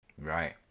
Right